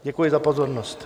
Děkuji za pozornost.